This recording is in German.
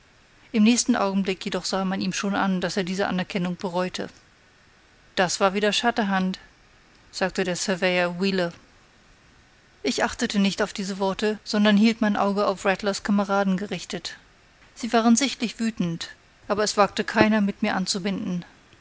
im nächsten augenblicke jedoch sah man ihm schon an daß er diese anerkennung bereute das war wieder shatterhand sagte der surveyor wheeler ich achtete nicht auf diese worte sondern hielt mein auge auf rattlers kameraden gerichtet sie waren sichtlich wütend aber es wagte keiner mit mir anzubinden